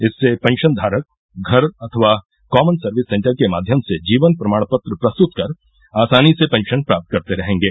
इससे पेंशन धारक घर अथवा कॉमन सर्विस सेंटर के माध्यम से जीवन प्रमाण पत्र प्रस्तुत कर आसानी से पेंशन प्राप्त करते रहेंगे